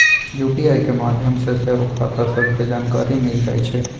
UPI के माध्यम से सेहो खता सभके जानकारी मिल जाइ छइ